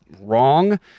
wrong